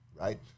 right